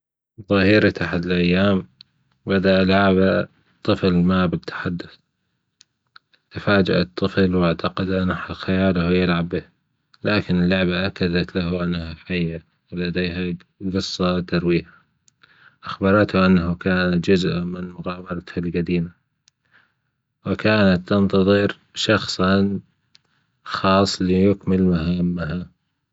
ظهيرة أحد الأيام بدأ لعبة طفلة ما بالتحدث تفاجأ الطفل وأعتجد أن خياله يلعب به لكن اللعبة أكدت له أنها حيه ولديها جصة ترويها أخبرته أنه كان جزء من مغامرته الجديمة وكانت تنتظر شخصًا خاص ليكمل المهام معاها